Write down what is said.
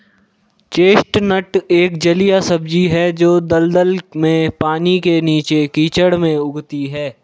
chestnut एक जलीय सब्जी है जो दलदल में, पानी के नीचे, कीचड़ में उगती है